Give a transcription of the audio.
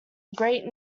great